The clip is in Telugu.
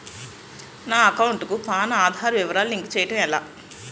నా అకౌంట్ కు పాన్, ఆధార్ వివరాలు లింక్ చేయటం ఎలా?